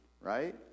right